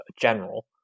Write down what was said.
general